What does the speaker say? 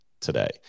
today